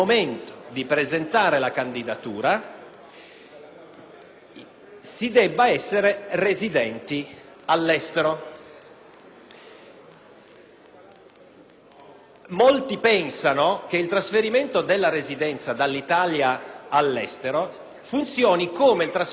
si debba essere residenti all'estero. Molti pensano che il trasferimento della residenza dall'Italia all'estero funzioni come un trasferimento di residenza da un Comune italiano ad un altro,